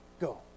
go